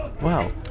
wow